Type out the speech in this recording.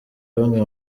bamwe